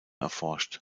erforscht